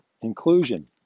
Inclusion